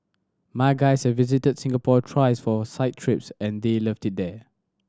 my guys have visited Singapore thrice for site trips and they loved it here